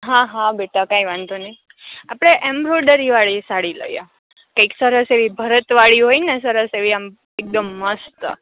હા હા બેટા કાંઇ વાંધો નઇ આપળે એમરોડરી વાળી સાળી લઈએ કંઇક સરસ એવી ભરત વાળી હોયને સરસ એવી આમ એકદમ મસ્ત